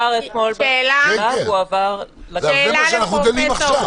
זה מה שאנחנו דנים עכשיו.